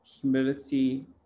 humility